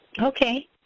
Okay